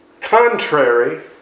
contrary